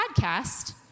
podcast